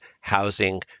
housing